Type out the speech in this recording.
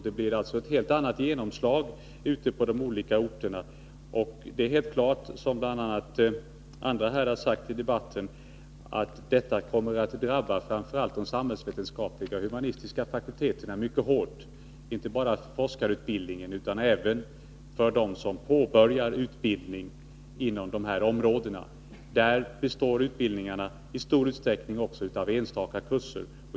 Det blir alltså ett helt annat genomslag på de olika orterna. Det är vidare helt klart, som redan framhållits, att detta kommer att drabba framför allt de samhällsvetenskapliga och humanistiska fakulteterna mycket hårt — inte bara för dem som går på forskarutbildning utan också för dem som påbörjar utbildning inom dessa områden. Där består utbildningarna i stor utsträckning av enstaka kurser.